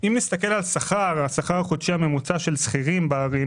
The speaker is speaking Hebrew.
אם נסתכל על השכר החודשי הממוצע של שכירים בערים